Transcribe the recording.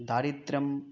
दारिद्र्यं